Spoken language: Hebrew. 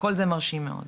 כל זה מרשים מאוד.